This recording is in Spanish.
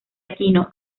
aquino